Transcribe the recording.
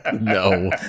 no